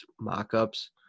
mock-ups